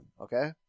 okay